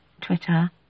Twitter